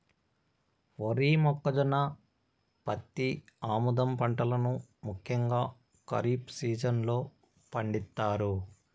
వరి, మొక్కజొన్న, పత్తి, ఆముదం పంటలను ముఖ్యంగా ఖరీఫ్ సీజన్ లో పండిత్తారు